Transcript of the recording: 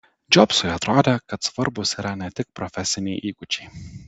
džobsui atrodė kad svarbūs yra ne tik profesiniai įgūdžiai